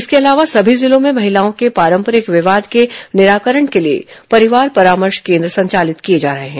इसके अलावा सभी जिलों में महिलाओं के पारंपरिक विवाद के निराकरण के लिए परिवार परामर्श केन्द्र संचालित किए जा रहे हैं